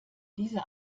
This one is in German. dieser